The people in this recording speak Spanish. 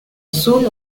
azul